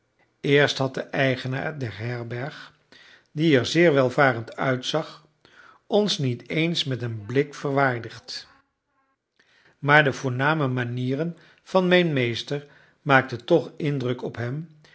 eerst had de eigenaar der herberg die er zeer welvarend uitzag ons niet eens met een blik verwaardigd maar de voorname manieren van mijn meester maakten toch indruk op hem